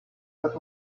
that